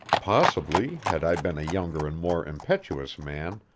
possibly, had i been a younger and more impetuous man,